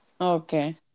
Okay